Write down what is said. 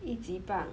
一级棒